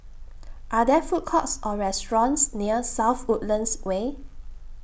Are There Food Courts Or restaurants near South Woodlands Way